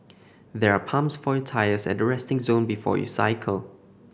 there are pumps for your tyres at the resting zone before you cycle